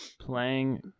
playing